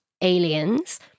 aliens